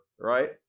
Right